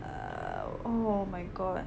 err oh my god